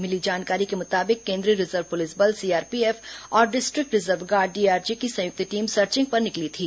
मिली जानकारी के मुताबिक केंद्रीय रिजर्व पुलिस बल सीआरपीएफ और district reserve guard DRG की संयुक्त टीम सर्चिंग पर निकली थी